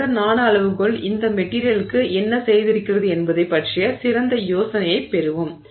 அதனுடன் நானோஅளவுகோல் இந்த மெட்டிரியலுக்கு என்ன செய்திருக்கிறது என்பதைப் பற்றிய சிறந்த யோசனையைப் பெறுவோம்